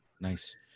nice